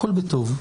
הכול בטוב.